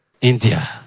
India